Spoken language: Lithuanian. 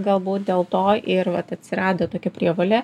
galbūt dėl to ir vat atsirado tokia prievolė